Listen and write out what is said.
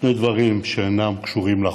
שני דברים שאינם קשורים לחוק.